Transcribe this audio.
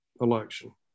election